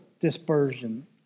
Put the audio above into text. dispersion